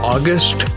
August